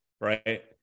right